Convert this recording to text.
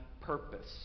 purpose